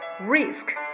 risk